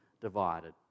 divided